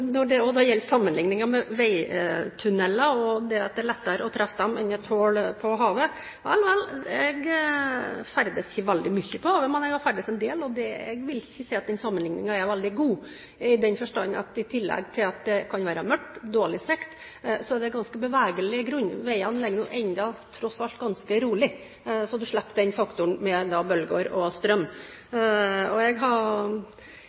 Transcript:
Når det gjelder sammenligningen med veitunneler og om det er lettere å treffe dem enn en tunnelåpning på havet – vel, vel: Jeg ferdes ikke veldig mye på havet, men jeg har ferdes en del, og jeg vil ikke si at den sammenligningen er veldig god, i den forstand at det i tillegg til at det kan være mørkt og dårlig sikt, er ganske bevegelig grunn. Veiene ligger tross alt ganske rolig. En slipper faktoren med bølger og strøm. Jeg har